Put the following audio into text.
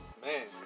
Man